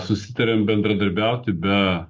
susitarėm bendradarbiauti be